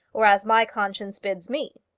or as my conscience bids me.